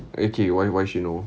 okay why why she know